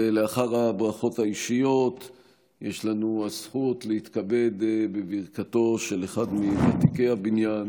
לאחר הברכות האישיות יש לנו הזכות להתכבד בברכתו של אחד מוותיקי הבניין,